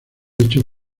hechos